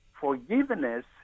Forgiveness